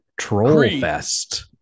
Trollfest